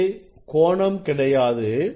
இது கோணம் கிடையாது